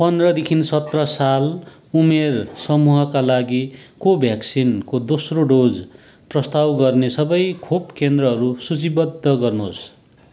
पन्द्रदेखि सत्र साल उमेर समूहका लागि कोभ्याक्सिनको दोस्रो डोज प्रस्ताव गर्ने सबै खोप केन्द्रहरू सूचीबद्ध गर्नुहोस्